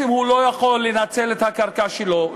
הוא לא יכול לנצל את הקרקע שלו,